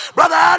Brother